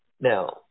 Now